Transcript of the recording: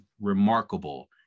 remarkable